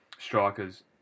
Strikers